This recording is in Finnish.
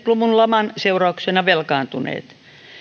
luvun laman seurauksena velkaantuneet